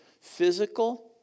physical